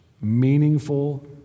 meaningful